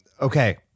okay